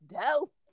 dope